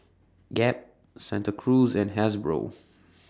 Gap Santa Cruz and Hasbro